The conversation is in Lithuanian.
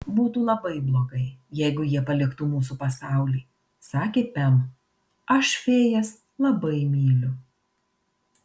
būtų labai blogai jeigu jie paliktų mūsų pasaulį sakė pem aš fėjas labai myliu